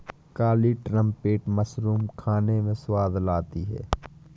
काली trumpet mushroom खाने में स्वाद लाती है